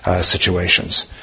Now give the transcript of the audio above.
situations